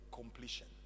completion